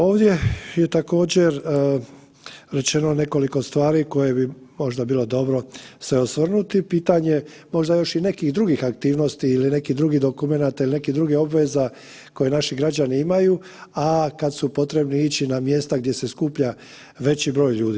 Ovdje je također, rečeno nekoliko stvari koje bi možda bilo dobro se osvrnuti, pitanje možda još i nekih drugih aktivnosti ili nekih drugih dokumenata ili nekih drugih obveza koje naši građanima imaju, a kad su potrebni ići na mjesta gdje se skuplja veći broj ljudi.